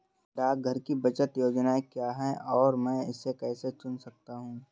डाकघर की बचत योजनाएँ क्या हैं और मैं इसे कैसे चुन सकता हूँ?